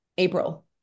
April